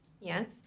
Yes